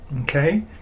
okay